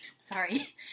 sorry